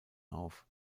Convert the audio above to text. auf